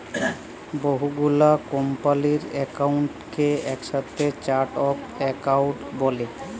বহু গুলা কম্পালির একাউন্টকে একসাথে চার্ট অফ একাউন্ট ব্যলে